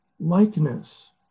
likeness